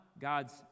God's